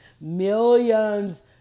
millions